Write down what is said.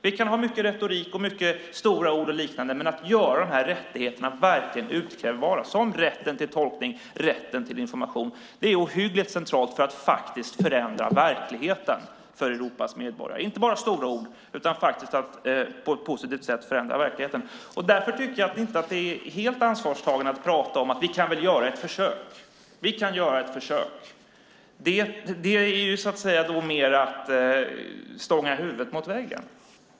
Vi kan använda oss av retorik och stora ord men att göra rättigheterna utkrävbara, rätten till tolkning och rätten till information, är ohyggligt centralt för att faktiskt förändra verkligheten för Europas medborgare. Det är inte fråga om bara stora ord utan om att faktiskt på ett positivt sätt förändra verkligheten. Det är därför inte helt ansvarstagande att prata om att göra ett försök. Det är mer att stånga huvudet mot väggen.